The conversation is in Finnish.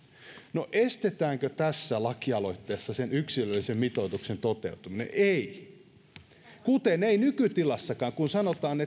no estetäänkö tässä lakialoitteessa sen yksilöllisen mitoituksen toteutuminen ei kuten ei nykytilassakaan kun sanotaan